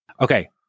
Okay